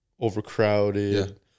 overcrowded